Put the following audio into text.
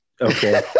okay